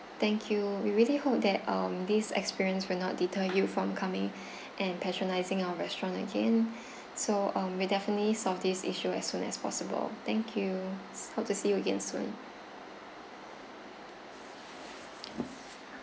thank you we really hope that um this experience will not deter you from coming and patronizing our restaurant again so um we'll definitely solve this issue as soon as possible thank you hope to see you again soon